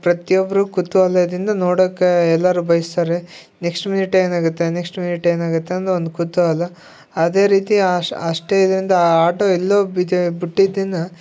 ಪ್ರತಿಯೊಬ್ಬರು ಕುತೂಹಲದಿಂದ ನೋಡಕ್ಕ ಎಲ್ಲರು ಬಯ್ಸ್ತಾರ ರೀ ನೆಕ್ಸ್ಟ್ ಮಿನಿಟ್ ಏನಾಗತ್ತೆ ನೆಕ್ಸ್ಟ್ ಮಿನಿಟ್ ಏನಾಗತ್ತಂದು ಒಂದು ಕುತೂಹಲ ಅದೇ ರೀತಿ ಅಷ್ಟೇ ಇದರಿಂದ ಆಟ ಎಲ್ಲೋ ಬಿಜೆ ಬಿಟ್ಟಿದ್ದಿನ